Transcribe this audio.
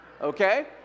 Okay